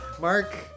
Mark